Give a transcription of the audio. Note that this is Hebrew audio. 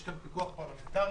יש כאן פיקוח פרלמנטרי,